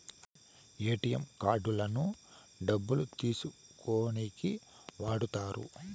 ATM కార్డులను డబ్బులు తీసుకోనీకి వాడుతారు